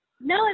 no